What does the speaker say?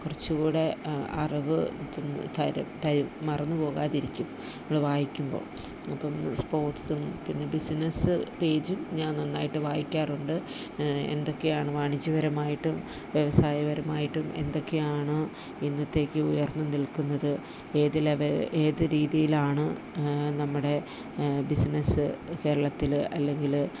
കുറച്ചു കൂടെ അറിവ് തരും തരും മറന്ന് പോകാതിരിക്കും നമ്മൾ വായിക്കമ്പോൾ അപ്പം സ്പോർട്സും പിന്നെ ബിസിനസ്സ് പേജും ഞാൻ നന്നായിട്ട് വായിക്കാറുണ്ട് എന്തൊക്കെയാണ് വാണിജ്യപരമായിട്ടും വ്യവസായപരമായിട്ടും എന്തൊക്കെയാണ് ഇന്നത്തേക്ക് ഉയർന്ന് നിൽക്കുന്നത് ഏത് ലെവ ഏത് രീതിയിലാണ് നമ്മുടെ ബിസിനസ്സ് കേരളത്തിൽ അല്ലെങ്കിൽ